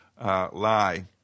lie